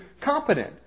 competent